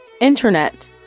Internet